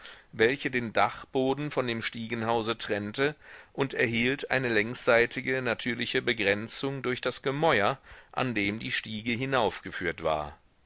welche den dachboden von dem stiegenhause trennte und erhielt eine längsseitige natürliche begrenzung durch das gemäuer an dem die stiege hinaufgeführt war